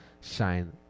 shine